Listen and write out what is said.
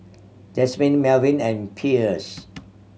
Jasmin Melvin and Pierce